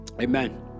Amen